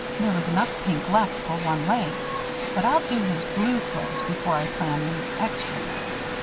there was enough pink left for one leg but i'll do his blue clothes before i plan any extra ones.